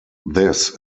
this